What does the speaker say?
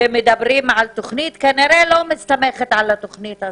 ומדברים על תוכנית שכנראה לא מסתמכת על התוכנית הזאת.